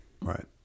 Right